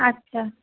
আচ্ছা